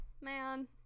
man